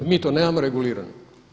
Mi to nemamo regulirano.